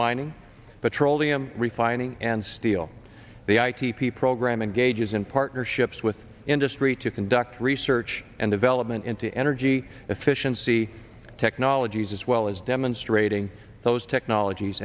mining petroleum refining and steel the i keep the program engages in partnerships with industry to conduct research and development into energy efficiency technologies as well as demonstrating those technologies